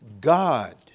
God